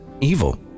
evil